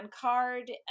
card